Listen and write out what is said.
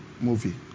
movie